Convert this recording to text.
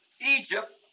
Egypt